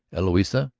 eloisa,